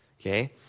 okay